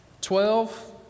Twelve